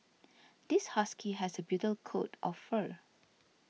this husky has a bitter coat of fur